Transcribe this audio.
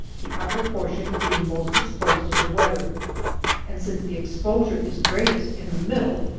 the upper portion being most exposed to the weather and since the exposure is greatest in the middle,